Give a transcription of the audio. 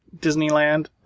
Disneyland